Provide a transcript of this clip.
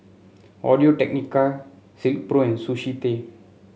Audio Technica Silkpro and Sushi Tei